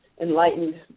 enlightened